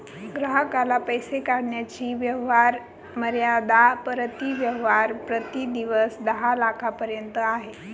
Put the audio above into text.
ग्राहकाला पैसे काढण्याची व्यवहार मर्यादा प्रति व्यवहार प्रति दिवस दहा लाखांपर्यंत आहे